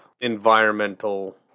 environmental